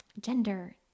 gender